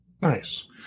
Nice